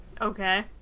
Okay